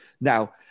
Now